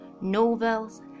novels